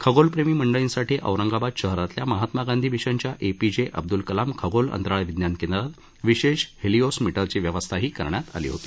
खगोलप्रेमी मंडळींसाठी औरंगाबाद शहरातल्या महात्मा गांधी मिशनच्या एपीजे अब्दल कलाम खगोल अंतराळ विज्ञान केंद्रात विशेष हेलिओस मीटरची व्यवस्थाही करण्यात आली होती